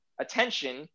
attention